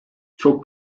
çok